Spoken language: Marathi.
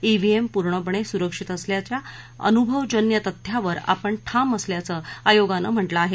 इव्हीएम पूर्णपणे सुरक्षित असल्याच्या अनुभवजन्य तथ्यावर आपण ठाम असल्याचं आयोगानं म्हटलं आहे